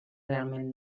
realment